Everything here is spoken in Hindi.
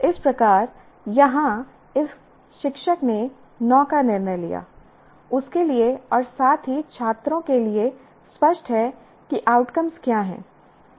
इस प्रकार यहां इस शिक्षक ने 9 का निर्णय लिया उसके लिए और साथ ही छात्रों के लिए स्पष्ट है कि आउटकम्स क्या हैं